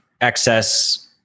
excess